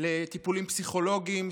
לטיפולים פסיכולוגיים,